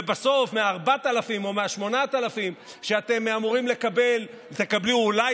ובסוף מ-4,000 או מ-8,000 שאתם אמורים לקבל תקבלו אולי